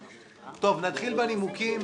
--- טוב, נתחיל בנימוקים.